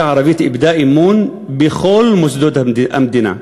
הערבית איבדה אמון בכל מוסדות המדינה,